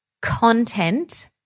content